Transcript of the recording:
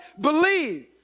believe